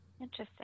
Interesting